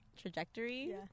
trajectory